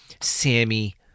Sammy